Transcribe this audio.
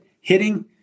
hitting